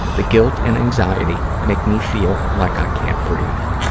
the guilt and anxiety make me feel like i can't breathe.